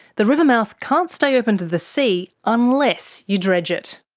the river mouth can't stay open to the sea, unless you dredge it.